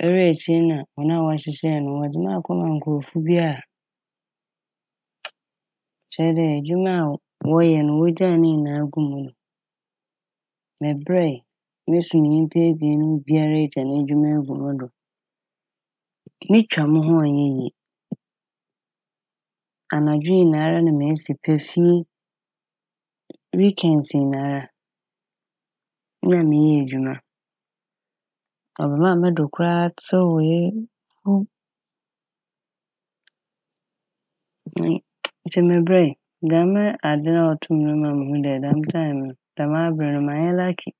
owie ekyir no na hɔn a wɔhyehyɛe no wɔdze me a akɔma nkorɔfo bi a kyerɛ dɛ edwuma a wɔ - wɔyɛ no wogyaa ne nyinaa guu mo do mebrɛe. Mosom nyimpa ebien bia a egya n'edwuma egu mo do, metwa mo ho a ɔnnyɛ yie. Anadwo nyinaa na mese pe fie "weekends" nyinara na meyɛ edwuma. Ɔbɛmaa mo do koraa tsewee woom ntsi mebrɛe. Dɛm adze no a ɔtoo m' ma muhuu dɛ dɛm"time" no dɛm aber no mannyɛ "lucky".